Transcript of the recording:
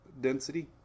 density